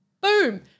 Boom